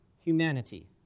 humanity